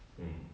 mm